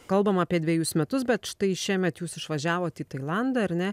kalbam apie dvejus metus bet štai šiemet jūs išvažiavot į tailandą ar ne